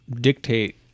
dictate